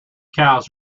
cows